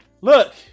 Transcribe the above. Look